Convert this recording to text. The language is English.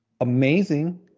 Amazing